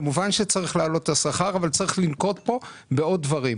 כמובן שצריך להעלות את השכר אבל צריך לנקוט פה בעוד דברים.